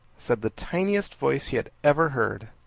said the tiniest voice he had ever heard.